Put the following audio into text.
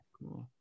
Cool